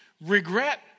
regret